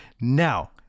now